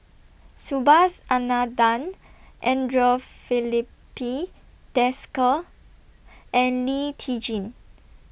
Subhas Anandan Andre Filipe Desker and Lee Tjin